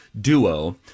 duo